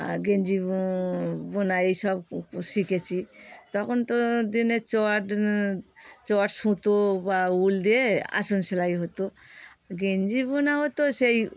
আর গেঞ্জি বোনা এই সব শিখেছি তখন তো দিনে চট জট সুতো বা উল দিয়ে আসন সেলাই হতো গেঞ্জি বোনা হতো সেই